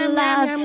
love